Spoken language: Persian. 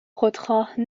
خودخواه